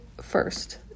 first